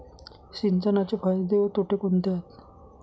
सिंचनाचे फायदे व तोटे कोणते आहेत?